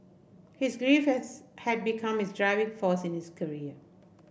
his grief has had become his driving force in his career